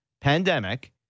pandemic